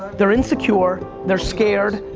they're insecure, they're scared.